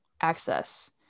access